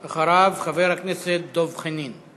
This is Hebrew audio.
אחריו, חבר הכנסת דב חנין.